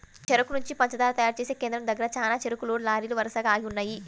చెరుకు నుంచి పంచదార తయారు చేసే కేంద్రం దగ్గర చానా చెరుకు లోడ్ లారీలు వరసగా ఆగి ఉన్నయ్యి